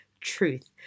Truth